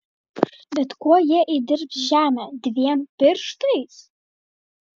bet kuo jie įdirbs žemę dviem pirštais